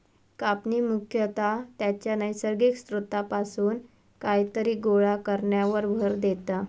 कापणी मुख्यतः त्याच्या नैसर्गिक स्त्रोतापासून कायतरी गोळा करण्यावर भर देता